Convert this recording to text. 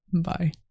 Bye